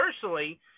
personally